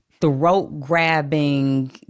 throat-grabbing